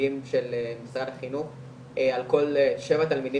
בתלמידים של משרד החינוך על כל 7 תלמידים